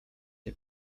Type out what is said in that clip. się